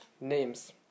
names